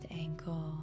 ankle